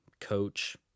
coach